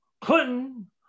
Clinton